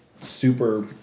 super